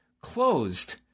closed